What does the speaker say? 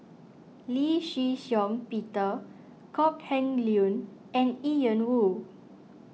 Lee Shih Shiong Peter Kok Heng Leun and Ian Woo